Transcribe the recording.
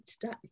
today